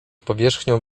powierzchnią